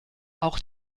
auch